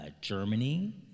Germany